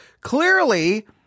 Clearly